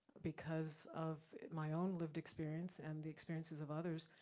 because of my own lived experience and the experiences of others.